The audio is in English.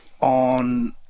on